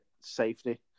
safety